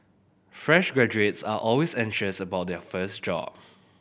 fresh graduates are always anxious about their first job